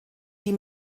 die